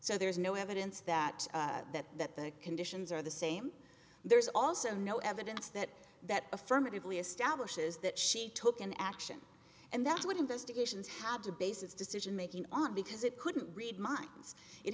so there's no evidence that that that the conditions are the same there's also no evidence that that affirmatively establishes that she took an action and that's what investigations have to base its decision making on because it couldn't read minds it